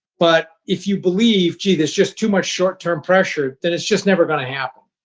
but if you believe, gee, there's just too much short-term pressure, then it's just never going to happen.